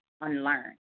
unlearn